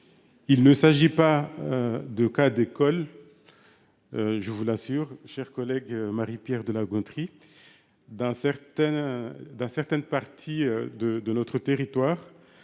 Il ne s'agit pas d'un cas d'école, je vous l'assure, ma chère collègue Marie-Pierre de La Gontrie. Dans certaines parties de notre territoire,